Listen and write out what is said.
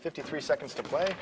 fifty three seconds to play